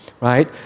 right